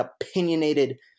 opinionated